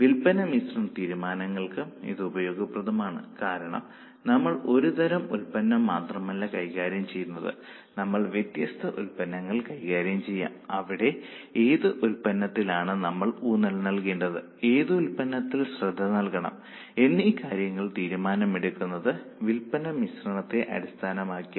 വിൽപ്പന മിശ്രണ തീരുമാനങ്ങൾക്കും ഇത് ഉപയോഗപ്രദമാണ് കാരണം നമ്മൾ ഒരു തരം ഉത്പന്നം മാത്രമല്ല കൈകാര്യം ചെയ്യുന്നത് നമ്മൾ വ്യത്യസ്ത ഉത്പന്നങ്ങൾ കൈകാര്യം ചെയ്യാം അവിടെ ഏതു ഉത്പന്നത്തിലാണ് നമ്മൾ ഊന്നൽ നൽകേണ്ടത് ഏതു ഉത്പന്നത്തിൽ ശ്രദ്ധ നൽകണം എന്നീ കാര്യങ്ങളിൽ തീരുമാനം എടുക്കുന്നത് വിൽപ്പന മിശ്രണത്തെ അടിസ്ഥാനമാക്കിയാണ്